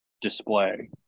display